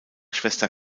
schwester